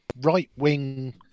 right-wing